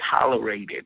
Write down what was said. tolerated